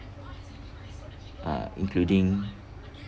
uh including